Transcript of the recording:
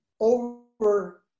over